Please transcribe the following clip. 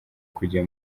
kujya